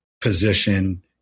position